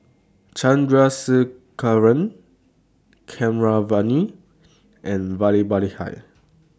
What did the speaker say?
Chandrasekaran Keeravani and Vallabhbhai